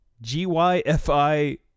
G-Y-F-I